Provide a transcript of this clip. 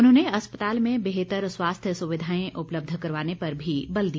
उन्होंने अस्पताल में बेहतर स्वास्थ्य सुविधाएं उपलब्ध करवाने पर भी बल दिया